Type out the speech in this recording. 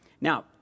Now